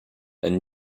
and